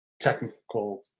technical